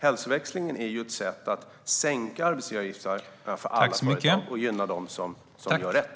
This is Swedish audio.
Hälsoväxlingen är ett sätt att sänka arbetsgivaravgifterna för alla företag och gynna dem som gör rätt.